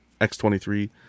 x23